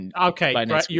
Okay